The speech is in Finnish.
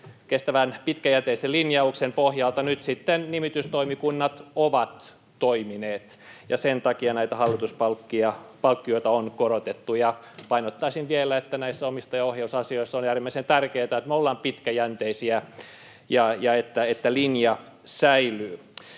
kestävän pitkäjänteisen linjauksen pohjalta nyt sitten nimitystoimikunnat ovat toimineet, ja sen takia näitä hallituspalkkioita on korotettu. Ja painottaisin vielä, että näissä omistajaohjausasioissa on äärimmäisen tärkeätä, että me ollaan pitkäjänteisiä ja että linja säilyy.